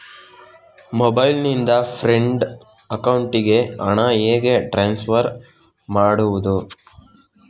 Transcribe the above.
Mobile ನಿಂದ friend ಅಕೌಂಟಿಗೆ ಹಣ ಹೇಗೆ ಟ್ರಾನ್ಸ್ಫರ್ ಮಾಡುವುದು?